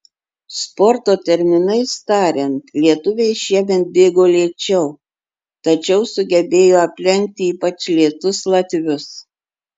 sporto terminais tariant lietuviai šiemet bėgo lėčiau tačiau sugebėjo aplenkti ypač lėtus latvius